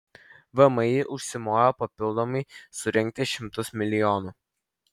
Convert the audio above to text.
vmi užsimojo papildomai surinkti šimtus milijonų